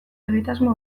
egitasmo